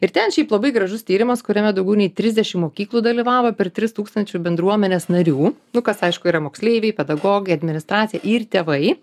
ir ten šiaip labai gražus tyrimas kuriame daugiau nei trisdešim mokyklų dalyvavo per tris tūkstančių bendruomenės narių nu kas aišku yra moksleiviai pedagogai administracija ir tėvai